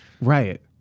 right